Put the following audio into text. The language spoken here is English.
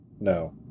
No